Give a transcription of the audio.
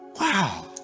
Wow